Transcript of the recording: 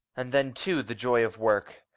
and then, too, the joy of work!